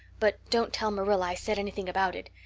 but don't tell marilla i said anything about it.